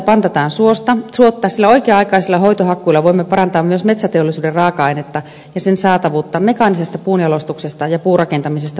hakkuusäästöjä pantataan suotta sillä oikea aikaisilla hoitohakkuilla voimme parantaa myös metsäteollisuuden raaka ainetta ja sen saatavuutta mekaanisesta puunjalostuksesta ja puurakentamisesta puhumattakaan